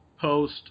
post